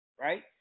Right